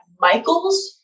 Michaels